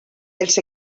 els